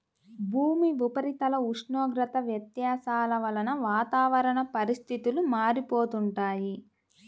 భూమి ఉపరితల ఉష్ణోగ్రత వ్యత్యాసాల వలన వాతావరణ పరిస్థితులు మారిపోతుంటాయి